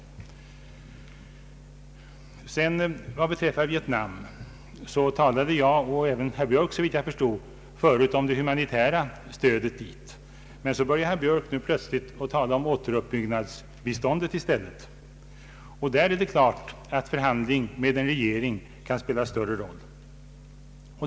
Vad beträffar Vietnam talade jag och även herr Björk, såvitt jag förstod, förut om det humanitära stödet. Men så började herr Björk nu plötsligt tala om återuppbyggnadsbiståndet i stället, och där är det klart att förhandlingar med en regering kan spela större roll.